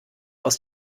aus